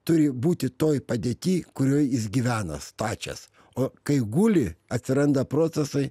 turi būti toj padėty kurioj jis gyvena stačias o kai guli atsiranda procesai